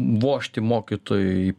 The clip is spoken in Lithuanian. vožti mokytojui